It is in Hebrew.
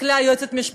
כן, אני כבר מסיימת.